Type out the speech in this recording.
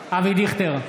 אבי דיכטר,